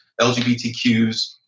LGBTQs